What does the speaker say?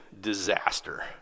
disaster